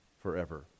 forever